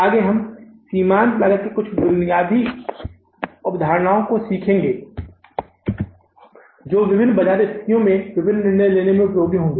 आगे हम अब सीमांत लागत की कुछ बुनियादी अवधारणाओं को सीखेंगे जो विभिन्न बाजार स्थितियों में विभिन्न निर्णय लेने में उपयोगी होंगे